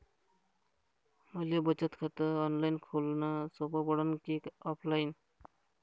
मले बचत खात ऑनलाईन खोलन सोपं पडन की ऑफलाईन?